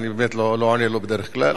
ואני באמת לא עונה לו בדרך כלל,